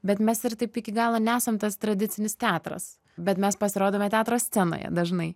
bet mes ir taip iki galo nesam tas tradicinis teatras bet mes pasirodome teatro scenoje dažnai